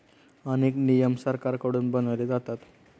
अनेक नियम सरकारकडून बनवले जातात